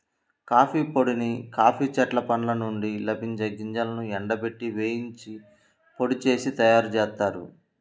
coffee పొడిని coffee చెట్ల పండ్ల నుండి లభించే గింజలను ఎండబెట్టి, వేయించి పొడి చేసి తయ్యారుజేత్తారు